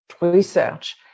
research